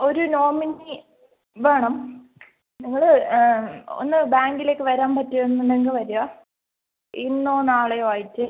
ഒരു നോമിനി വേണം നിങ്ങൾ ഒന്ന് ബാങ്കിലേക്ക് വരാൻ പറ്റുന്നുണ്ടെങ്കിൽ വരുക ഇന്നോ നാളെയോ ആയിട്ട്